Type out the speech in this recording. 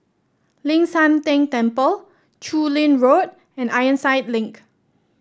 Ling San Teng Temple Chu Lin Road and Ironside Link